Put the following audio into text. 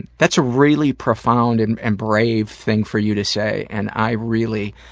that's a really profound and and brave thing for you to say and i really,